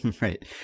Right